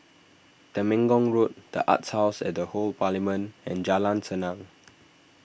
Temenggong Road the Arts House at the Old Parliament and Jalan Senang